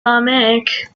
automatic